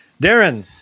Darren